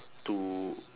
to